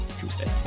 Tuesday